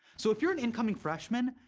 so, if you're an incoming freshman,